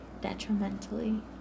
Detrimentally